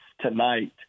tonight